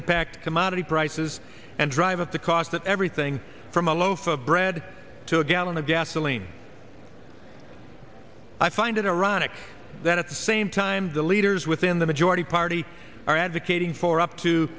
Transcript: impact commodity prices and drive up the cost that everything from a loaf of bread to a gallon of gasoline i find it ironic that at the same time the leaders within the majority party are advocating for up to